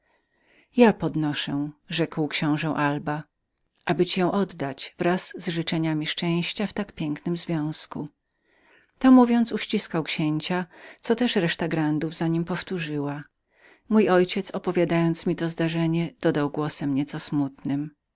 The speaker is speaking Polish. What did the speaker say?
ja podnoszę rzekł książe alba wszak aby ci ją oddać wraz z życzeniami szczęścia z tak zaszczytnego związku to mówiąc uściskał księcia co też reszta grandów za nim powtórzyła mój ojciec opowiadając mi to zdarzenie dodał głosem nieco smutnym